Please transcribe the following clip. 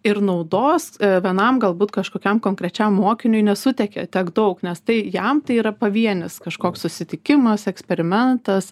ir naudos vienam galbūt kažkokiam konkrečiam mokiniui nesuteikia tiek daug nes tai jam tai yra pavienis kažkoks susitikimas eksperimentas